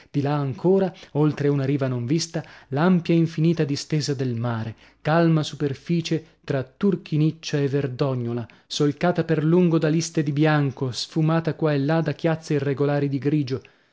di là ancora oltre una riva non vista l'ampia infinita distesa del mare calma superficie tra turchiniccia e verdognola solcata per lungo da liste di bianco sfumata qua e là da chiazze irregolari di grigio